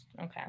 Okay